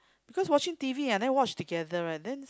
because watching T_V then wash together lah then